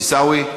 עיסאווי,